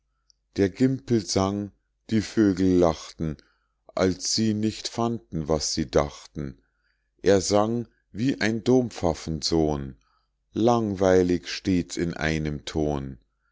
der gimpel sang die vögel lachten als sie nicht fanden was sie dachten er sang wie ein dompfaffen sohn langweilig stets in einem ton